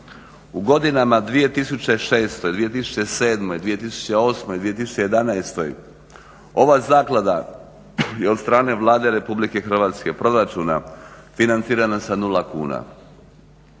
U godinama 2006., 2007., 2008., 2011.ova zaklada je od strane Vlade RH, proračuna financirana sa 0 kuna.